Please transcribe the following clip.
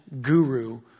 guru